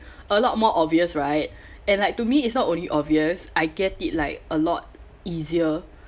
a lot more obvious right and like to me it's not only obvious I get it like a lot easier